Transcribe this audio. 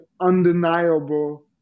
undeniable